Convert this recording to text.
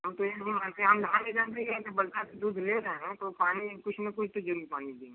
हम तो यह नहीं मानते हम हम यह जानते हैं कि यहीं पर बनता है तो दूध ले रहे हैं तो पानी कुछ न कुछ तो ज़रूर पानी देंगे